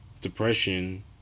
depression